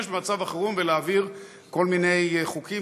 במצב החירום ולהעביר כל מיני חוקים,